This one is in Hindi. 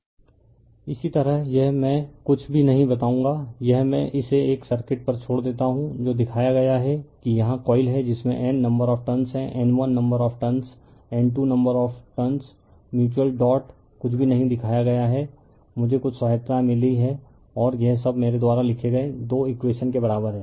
रिफर स्लाइड टाइम 2153 इसी तरह यह मैं कुछ भी नहीं बताऊंगा यह मैं इसे एक सर्किट पर छोड़ देता हूं जो दिखाया गया है कि यहां कॉइल है जिसमें N नंबर ऑफ़ टर्नस है N1 number of turns N2 number of turns mutual dot कुछ भी नहीं दिखाया गया है मुझे कुछ सहायता मिली है और यह सब मेरे द्वारा लिखे गए दो इकवेशन के बराबर है